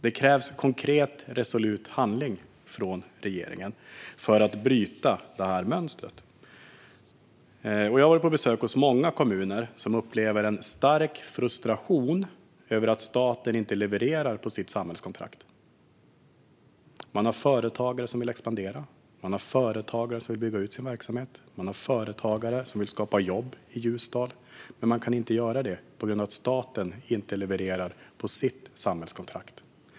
Det krävs konkret, resolut handling från regeringen för att bryta det här mönstret. Jag har varit på besök hos många kommuner som upplever en stark frustration över att staten inte levererar enligt sitt samhällskontrakt. Man har företagare som vill expandera. Man har företagare som vill bygga ut sin verksamhet. Man har företagare som vill skapa jobb i Ljusdal, men de kan inte göra det på grund av att staten inte levererar enligt sitt samhällskontrakt.